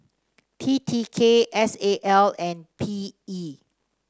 T T K S A L and P E